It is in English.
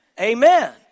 Amen